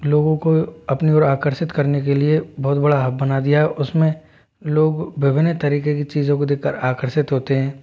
लोगों को अपनी ओर आकर्षित करने के लिए बहुत बड़ा हब बना दिया उसमें लोग विभिन्न तरीके की चीज़ों को देखकर आकर्षित होते हैं